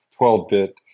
12-bit